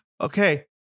Okay